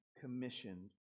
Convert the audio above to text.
commissioned